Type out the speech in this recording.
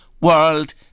world